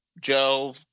Joe